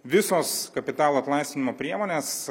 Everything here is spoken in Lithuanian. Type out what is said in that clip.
visos kapitalo atlaisvinimo priemonės